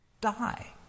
die